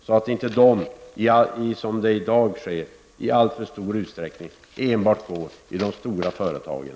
Som det är i dag hamnar dessa i alltför stor utsträckning i fickorna på de stora företagen.